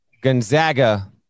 Gonzaga